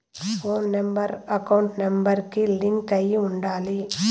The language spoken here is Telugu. పోను నెంబర్ అకౌంట్ నెంబర్ కి లింక్ అయ్యి ఉండాలి